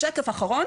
שקף אחרון